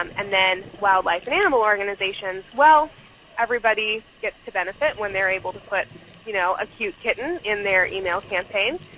um and then wildlife and animal organizations, well everybody gets to benefit when they're able to put you know a cute kitten in their email campaign.